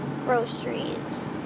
groceries